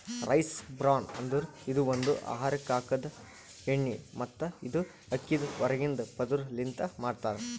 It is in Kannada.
ರೈಸ್ ಬ್ರಾನ್ ಅಂದುರ್ ಇದು ಒಂದು ಆಹಾರಕ್ ಹಾಕದ್ ಎಣ್ಣಿ ಮತ್ತ ಇದು ಅಕ್ಕಿದ್ ಹೊರಗಿಂದ ಪದುರ್ ಲಿಂತ್ ಮಾಡ್ತಾರ್